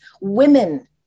women